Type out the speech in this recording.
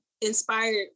inspired